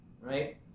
right